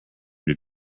new